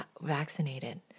vaccinated